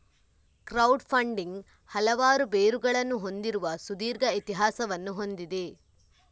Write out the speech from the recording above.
crowd funding ಹಲವಾರು ಬೇರುಗಳನ್ನು ಹೊಂದಿರುವ ಸುದೀರ್ಘ ಇತಿಹಾಸವನ್ನು ಹೊಂದಿದೆ